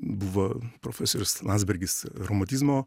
buvo profesorius landsbergis romantizmo